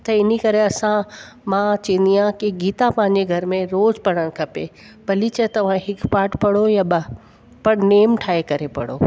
त इन करे असां मां चवंदी आहियां की गीता पंहिंजे घर में रोज पढ़नि खपे पलीच अथव हिकु पाठ पढ़ो या ॿ पर नेम ठाहे करे पढ़ो